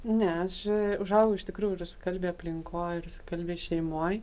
nes aš užaugau iš tikrųjų rusakalbėj aplinkoj rusakalbėj šeimoj